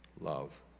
love